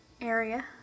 area